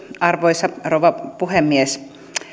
arvoisa rouva puhemies